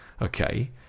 okay